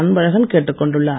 அன்பழகன் கேட்டுக் கொண்டுள்ளார்